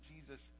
Jesus